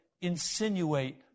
insinuate